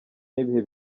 n’ibihe